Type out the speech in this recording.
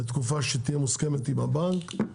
לתקופה שתהיה מוסכמת עם הבנק.